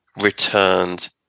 returned